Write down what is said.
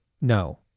no